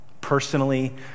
Personally